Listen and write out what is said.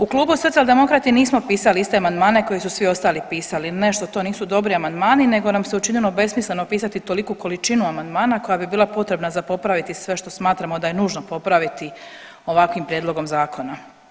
U Klubu socijaldemokrati nismo pisali iste amandmane koje su svi ostali pisali, ne što to nisu dobri amandmani nego nam se učinilo besmisleno pisati toliku količinu amandmana koja bi bila potrebna za popraviti sve što smatramo da je nužno popraviti ovakvim prijedlogom zakona.